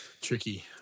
Tricky